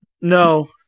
no